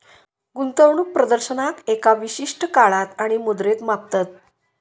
गुंतवणूक प्रदर्शनाक एका विशिष्ट काळात आणि मुद्रेत मापतत